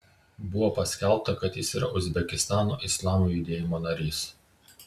buvo paskelbta kad jis yra uzbekistano islamo judėjimo narys